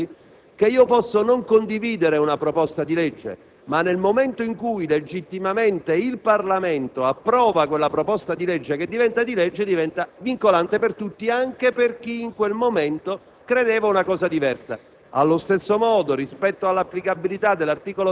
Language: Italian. sempre la stessa argomentazione, però è giusto che resti, comunque, agli atti - posso non condividere una proposta di legge, ma, nel momento in cui legittimamente il Parlamento la approva, essa, una volta divenuta legge, è vincolante per tutti, anche per chi, in quel momento, credeva una cosa diversa.